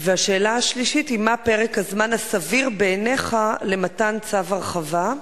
והשאלה השלישית היא: מהו פרק הזמן הסביר בעיניך למתן צו הרחבה?